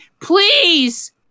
please